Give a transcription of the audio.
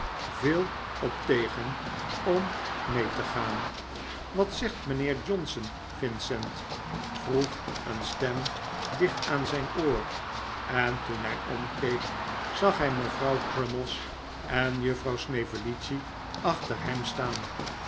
veel op tegen om mee te gaan wat zegt mijnheer johnson vincent vroeg een stem dicht aan zijn oor en toen hij omkeek zag hij mevrouw crummies en juffrouw snevellicci achter hem staan